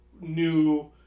New